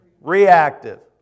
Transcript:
Reactive